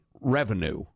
revenue